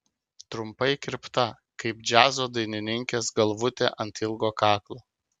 trumpai kirpta kaip džiazo dainininkės galvutė ant ilgo kaklo